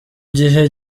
gihe